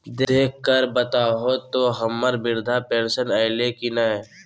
देख कर बताहो तो, हम्मर बृद्धा पेंसन आयले है की नय?